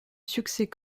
succès